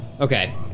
Okay